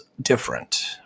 different